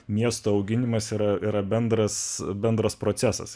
miesto auginimas yra bendras bendras procesas